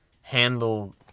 handle